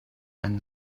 and